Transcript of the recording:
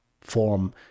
form